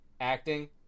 acting